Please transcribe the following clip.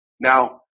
Now